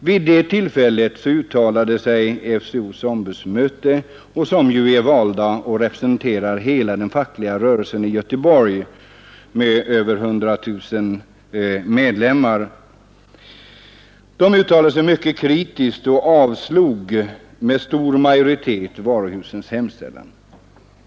Vid det tillfället uttalade sig FCO:s ombudsmöte — som består av valda representanter för hela den fackliga rörelsen i Göteborg med över 100 000 medlemmar — mycket kritiskt och avslog med stor majoritet varuhusens hemställan.